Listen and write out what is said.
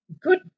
good